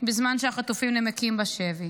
בזמן שהחטופים נמקים בשבי